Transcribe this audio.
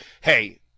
hey